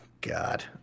God